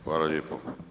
Hvala lijepo.